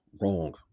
wrong